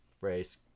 race